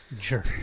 Sure